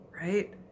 right